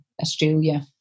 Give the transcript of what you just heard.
Australia